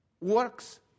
works